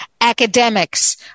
academics